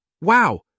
wow